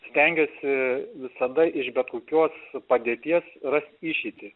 stengiuosi visada iš bet kokios padėties rast išeitį